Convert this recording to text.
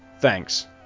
Thanks